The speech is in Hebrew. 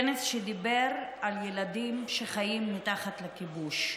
כנס שדיבר על ילדים שחיים תחת הכיבוש,